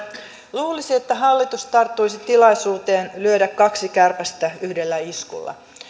luulisi että hallitus tarttuisi tilaisuuteen lyödä kaksi kärpästä yhdellä iskulla